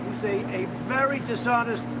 a a very dishonest,